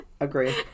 Agree